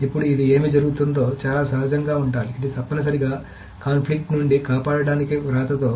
ఇప్పుడు ఇది ఏమి జరుగుతుందో చాలా సహజంగా ఉండాలి ఇది తప్పనిసరిగా కాన్ఫ్లిక్ట్ నుండి కాపాడటానికి వ్రాతతో